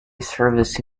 service